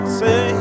say